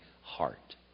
heart